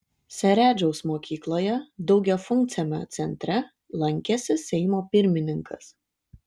seredžiaus mokykloje daugiafunkciame centre lankėsi seimo pirmininkas